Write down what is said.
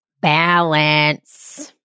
Balance